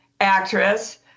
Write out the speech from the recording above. actress